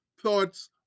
thoughts